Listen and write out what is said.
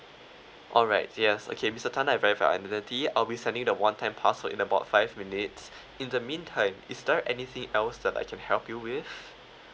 alright yes okay mister tan I've verified identity I'll be sending you the one time password in about five minutes in the meantime is there anything else that I can help you with